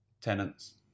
tenants